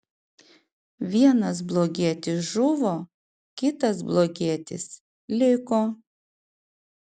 vienas blogietis žuvo kitas blogietis liko